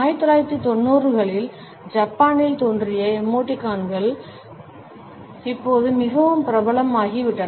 1990 களில் ஜப்பானில் தோன்றிய எமோடிகான்கள் இப்போது மிகவும் பிரபலமாகிவிட்டன